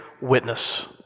witness